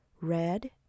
Red